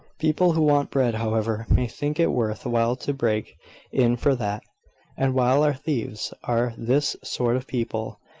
people who want bread, however, may think it worth while to break in for that and while our thieves are this sort of people,